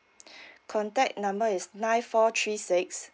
contact number is nine four three six